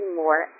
more